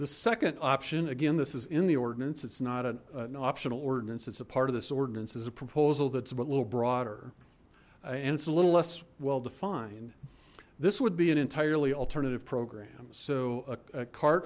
the second option again this is in the ordinance it's not an optional ordinance it's a part of this ordinance is a proposal that's a bit a little broader and it's a little less well defined this would be an entirely alternative program so a cart